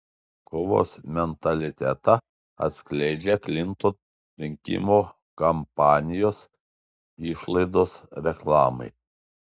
kovos mentalitetą atskleidžia klinton rinkimų kampanijos išlaidos reklamai